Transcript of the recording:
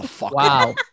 Wow